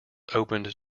opened